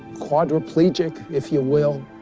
quadriplegic, if you will?